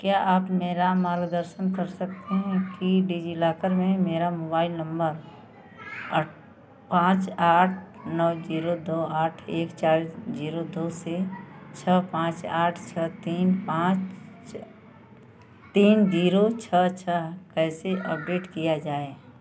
क्या आप मेरा मार्गदर्शन कर सकते हैं कि डिजिलॉकर में मेरा मोबाइल नंबर पाँच आठ नौ जीरो दो आठ एक चार जीरो दो से छः पाँच आठ छः तीन पाँच तीन जीरो छः छः कैसे अपडेट किया जाए